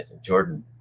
Jordan